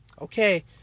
okay